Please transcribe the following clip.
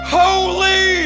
holy